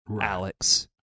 Alex